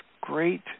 great